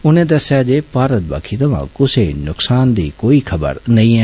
उनें दस्सेआ जे भारत आली पैठा कुसै नुक्सान दी कोइ खबर नेईं ऐ